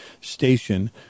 station